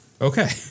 Okay